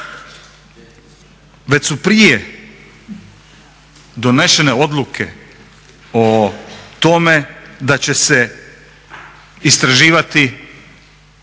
Već su prije donesene odluke o tome da će se istraživati